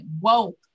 woke